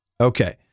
Okay